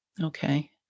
Okay